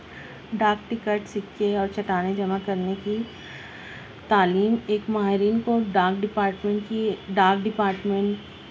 ڈاک ٹکٹ سِکے اور چٹانیں جمع کرنے کی تعلیم ایک ماہرین کو ڈاک ڈپارٹمنٹ کی ڈاک ڈپارٹمنٹ